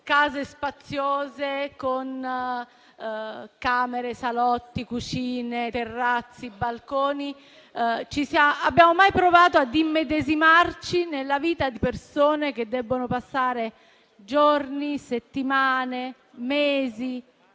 case spaziose, con camere, salotti, cucine, terrazzi, balconi, abbiamo mai provato ad immedesimarci nella vita di persone che devono passare giorni, settimane, mesi,